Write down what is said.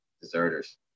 deserters